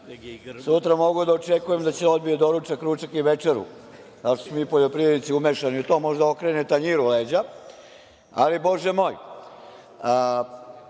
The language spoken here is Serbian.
Sutra mogu da očekujem da će da odbije doručak, ručak i večeru, zato što smo mi poljoprivrednici umešani u to, možda okrene tanjiru leđa, ali bože moj.